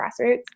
grassroots